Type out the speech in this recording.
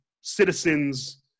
citizens